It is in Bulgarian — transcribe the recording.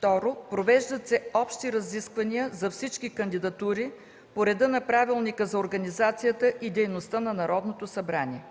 2. Провеждат се общи разисквания за всички кандидатури по реда на Правилника за организацията и дейността на Народното събрание.